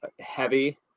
heavy